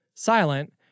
Silent